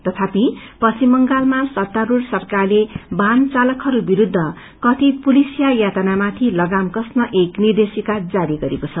तथापि पश्चिम बंगालमा सत्तारूढ़ सरकारले वाहन चालकहरू विरूद्ध कथित पुलिसिया यातनामाथि लगाम कस्न एक निर्देशिका जारी गरेको छ